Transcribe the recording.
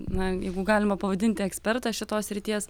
na jeigu galima pavadinti ekspertas šitos srities